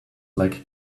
like